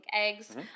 eggs